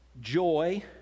Joy